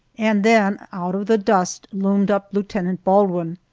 and then out of the dust loomed up lieutenant baldwin.